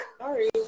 Sorry